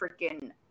freaking